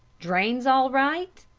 drains all right?